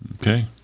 Okay